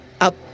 up